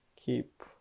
keep